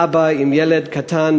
אבא עם ילד קטן,